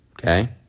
Okay